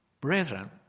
Brethren